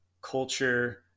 culture